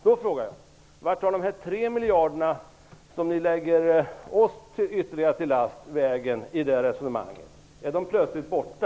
Då frågar jag: Vart tar de 3 miljarderna som ni lägger oss ytterligare till last vägen i det resonemanget? Är de plötsligt borta?